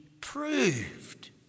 proved